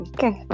Okay